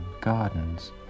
gardens